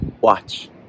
watch